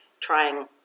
trying